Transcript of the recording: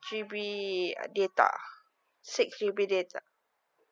G_B data six G_B data